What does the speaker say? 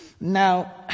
Now